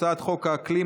הצעת חוק האקלים,